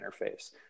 interface